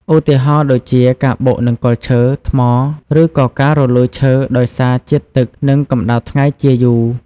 ឧទាហរណ៍ដូចជា ការបុកនឹងគល់ឈើ ថ្ម ឬក៏ការរលួយឈើដោយសារជាតិទឹក និងកម្ដៅថ្ងៃជាយូរ។